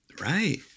Right